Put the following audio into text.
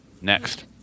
Next